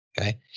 Okay